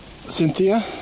Cynthia